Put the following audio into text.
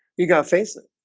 you gotta face it